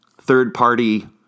third-party